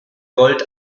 gold